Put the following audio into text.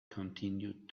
continued